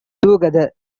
together